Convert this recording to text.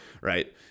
right